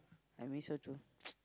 I miss her too